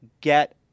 get